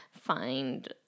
find